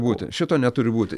būti šito neturi būti